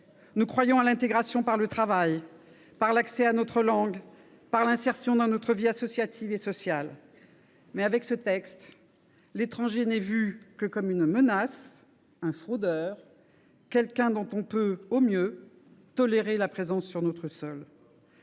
Nous croyons à l’intégration par le travail, par l’accès à notre langue, par l’insertion dans notre vie associative et sociale. Avec ce texte, au contraire, l’étranger n’est vu que comme une menace, un fraudeur, quelqu’un dont on peut, au mieux, tolérer la présence sur notre sol.